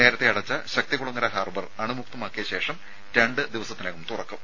നേരത്തെ അടച്ച ശക്തികുളങ്ങര ഹാർബർ അണുമുക്തമാക്കിയ ശേഷം രണ്ട് ദിവസത്തിനകം തുറക്കും